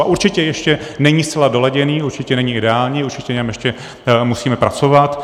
A určitě ještě není zcela doladěný, určitě není ideální, určitě na něm ještě musíme pracovat.